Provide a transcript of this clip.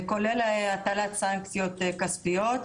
כולל הטלת סנקציות כספיות,